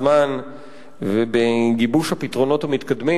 זמן ובגיבוש הפתרונות המתקדמים,